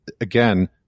again